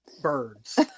birds